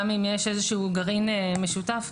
גם אם יש איזשהו גרעין משותף.